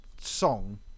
song